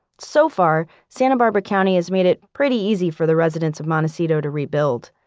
so far, santa barbara county has made it pretty easy for the residents of montecito to rebuild.